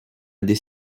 des